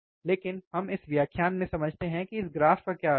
लेकिन हम इस व्याख्यान से समझते हैं कि इस ग्राफ का क्या अर्थ है